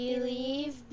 Believe